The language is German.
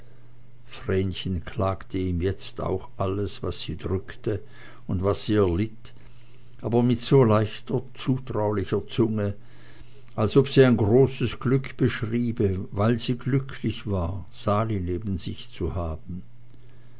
vrenchen klagte ihm jetzt auch alles was sie drückte und was sie erlitt aber mit so leichter zutraulicher zunge als ob sie ein großes glück beschriebe weil sie glücklich war sali neben sich zu sehen